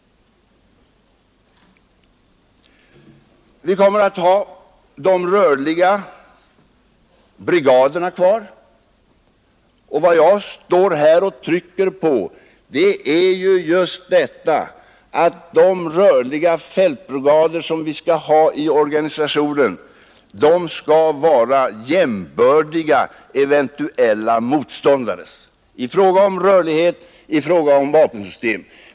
Vi kommer att ha de rörliga brigaderna kvar. Och jag vill understryka att de rörliga fältbrigader som vi skall ha i organisationen skall vara jämbördiga eventuella motståndares i fråga om rörlighet, i fråga om vapensystem.